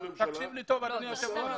באתי בשביל הדבר הזה והדבר הזה לא יכול לקרות.